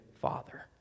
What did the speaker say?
father